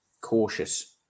cautious